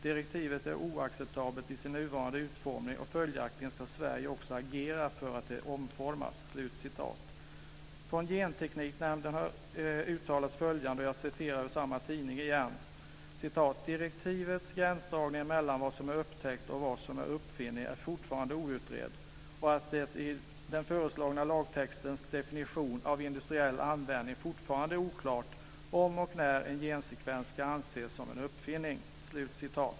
Direktivet är oacceptabelt i sin nuvarande utformning, och följaktligen ska Sverige också agera för att det omformas." Från Gentekniknämnden har uttalats följande - jag citerar ur samma tidning igen: "Direktivets gränsdragning mellan vad som är upptäckt och vad som är uppfinning är fortfarande outredd, och att det i den föreslagna lagtextens definition av industriell användning fortfarande är oklart om och när en gensekvens ska anses som en uppfinning."